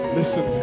listen